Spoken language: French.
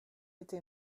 était